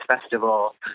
Festival